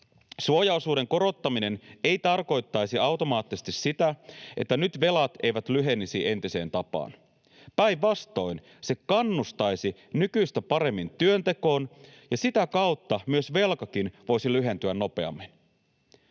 Suojaosuuden korottaminen ei tarkoittaisi automaattisesti sitä, että nyt velat eivät lyhenisi entiseen tapaan. Päinvastoin se kannustaisi nykyistä paremmin työntekoon, ja sitä kautta myös velkakin voisi lyhentyä nopeammin.